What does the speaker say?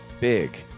big